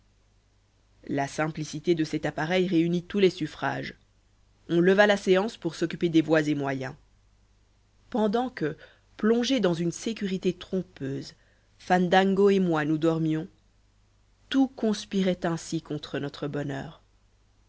la simplicité de cet appareil réunit tous les suffrages on leva la séance pour s'occuper des voies et moyens pendant que plongés dans une sécurité trompeuse fandango et moi nous dormions tout conspirait ainsi contre notre bonheur